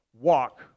walk